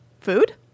food